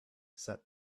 said